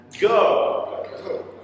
go